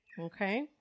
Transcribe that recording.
Okay